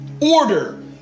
order